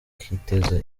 bakiteza